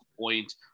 point